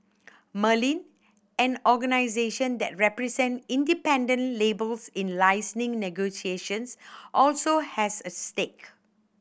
Merlin an organisation that represent independent labels in licensing negotiations also has a stake